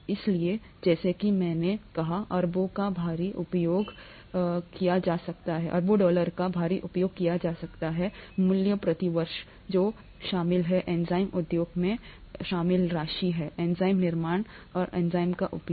इसलिए जैसा कि मैंने कहा अरबों का भारी उपयोग किया जाता है डॉलर का मूल्य प्रति वर्ष है जो शामिल है एंजाइम उपयोग में शामिल राशि एंजाइम निर्माण एंजाइम का उपयोग